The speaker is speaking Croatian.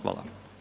Hvala.